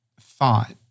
thought